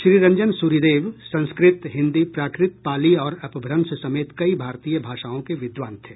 श्रीरंजन सूरिदेव संस्कृत हिन्दी प्राकृत पाली और अपभ्रंश समेत कई भारतीय भाषाओं के विद्वान थे